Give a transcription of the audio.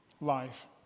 life